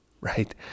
right